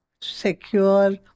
secure